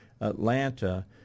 Atlanta